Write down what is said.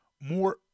more